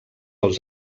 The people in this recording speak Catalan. els